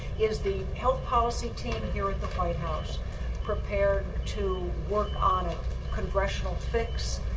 is the health policy team here at the white house prepared to work on a congressional fix